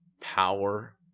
power